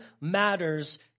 matters